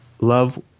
love